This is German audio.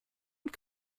und